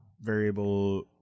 variable